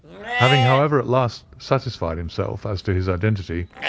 having, however, at last, satisfied himself as to his identity,